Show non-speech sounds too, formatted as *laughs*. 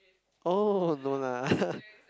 oh no lah *laughs*